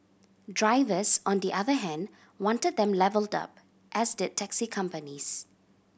drivers on the other hand wanted them levelled up as did taxi companies